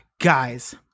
Guys